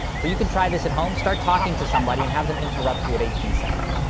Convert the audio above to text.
so you can try this at home start talking to somebody and have them interrupt you at eighteen seconds.